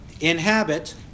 inhabit